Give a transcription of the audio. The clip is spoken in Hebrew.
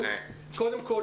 קודם כל,